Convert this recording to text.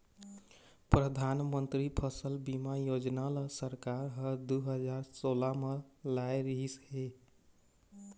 परधानमंतरी फसल बीमा योजना ल सरकार ह दू हजार सोला म लाए रिहिस हे